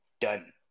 Done